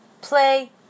Play